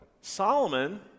Solomon